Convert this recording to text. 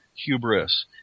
hubris